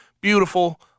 Beautiful